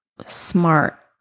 smart